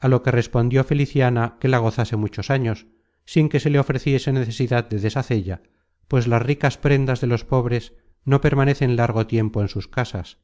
a lo que respondió feliciana que la gozase muchos años sin que se le ofreciese necesidad de deshacella pues las ricas prendas de los pobres no permanecen largo tiempo en sus casas